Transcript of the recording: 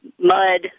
mud